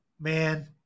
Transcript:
man